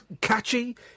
catchy